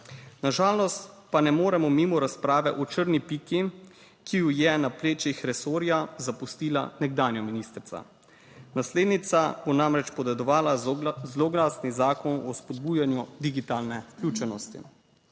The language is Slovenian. Na žalost pa ne moremo mimo razprave o črni piki, ki ju je na plečih resorja zapustila nekdanja ministrica. Naslednica bo namreč podedovala zloglasni zakon o spodbujanju digitalne vključenosti.